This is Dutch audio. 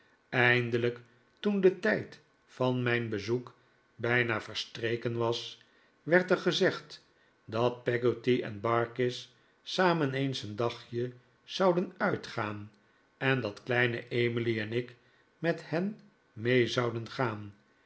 eindelijk toen de tijd van mijn bezoek bijna verstreken was werd er gezegd dat peggotty en barkis samen eens een dagje zouden uitgaan en dat kleine emily en ik met hen mee zouden gaan